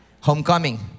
Homecoming